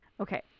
Okay